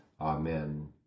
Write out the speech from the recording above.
Amen